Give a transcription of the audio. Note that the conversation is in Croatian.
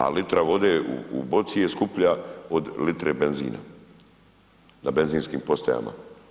A litra vode u boci je skuplja od litre benzina na benzinskim postajama.